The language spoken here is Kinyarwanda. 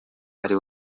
ari